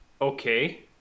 Okay